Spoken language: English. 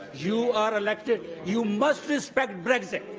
you are elected. you must respect brexit.